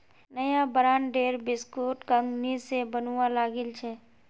नया ब्रांडेर बिस्कुट कंगनी स बनवा लागिल छ